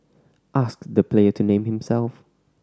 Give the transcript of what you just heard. ask the player to name himself